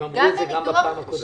הם אמרו את זה גם בפעם הקודמת.